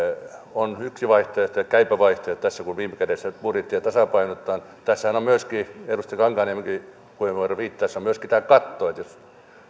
on yksi vaihtoehto ja käypä vaihtoehto tässä kun viime kädessä nyt budjettia tasapainotetaan edustaja kankaanniemikin puheenvuorossaan viittasi että tässähän on myöskin tämä katto että jos